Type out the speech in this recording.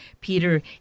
Peter